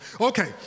Okay